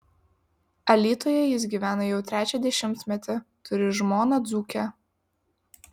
alytuje jis gyvena jau trečią dešimtmetį turi žmoną dzūkę